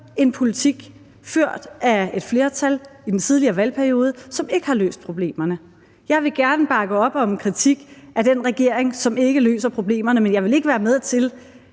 en politik ført af et flertal i den tidligere valgperiode, som ikke har løst problemerne. Jeg vil gerne bakke op om en kritik af den regering, som ikke løser problemerne, men jeg vil ikke være med til